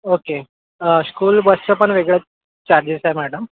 okay school बसचं पण वेगळं चार्जेस आहे मॅडम